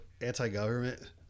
anti-government